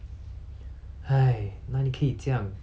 like 我那 okay 就算你不懂 hor like 你